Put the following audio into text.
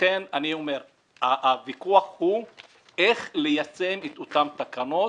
לכן אני אומר שהוויכוח הוא איך לייצג את אותן התקנות.